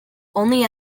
only